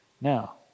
Now